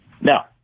Now